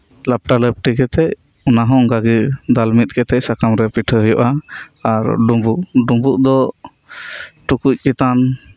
ᱞᱟᱯᱴᱟᱼᱞᱟᱹᱯᱴᱤ ᱠᱟᱛᱮᱜ ᱚᱱᱟᱦᱚᱸ ᱚᱱᱠᱟᱜᱤ ᱫᱟᱞ ᱢᱤᱫ ᱠᱟᱛᱮᱜ ᱥᱟᱠᱟᱢ ᱨᱮ ᱯᱤᱴᱷᱟᱹ ᱦᱩᱭᱩᱜᱼᱟ ᱟᱨ ᱰᱩᱸᱵᱩᱜ ᱰᱩᱸᱵᱩᱜ ᱫᱚ ᱴᱩᱠᱩᱡ ᱪᱮᱛᱟᱱ